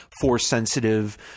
Force-sensitive